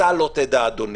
אתה לא תדע, אדוני,